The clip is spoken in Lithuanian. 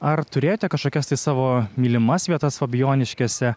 ar turėjote kažkokias savo mylimas vietas fabijoniškėse